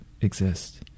exist